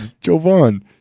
Jovan